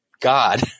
God